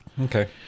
Okay